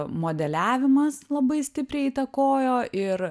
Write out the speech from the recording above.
modeliavimas labai stipriai įtakojo ir